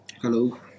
Hello